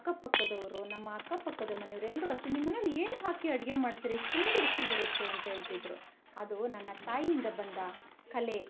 ಅಕ್ಕಪಕ್ಕದವರು ನಮ್ಮ ಅಕ್ಕಪಕ್ಕದ ಮನೆಯವರು ಎಲ್ರು ಅಷ್ಟೇ ನಿಮ್ಮನೇಲಿ ಏನು ಹಾಕಿ ಅಡುಗೆ ಮಾಡ್ತೀರಿ ಇಷ್ಟೊಂದು ರುಚಿ ಬರುತ್ತೆ ಅಂತ ಹೇಳ್ತಿದ್ರು ಅದು ನನ್ನ ತಾಯಿಯಿಂದ ಬಂದ ಕಲೆ